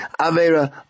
Avera